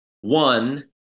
One